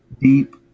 deep